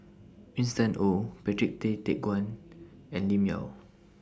Winston Oh Patrick Tay Teck Guan and Lim Yau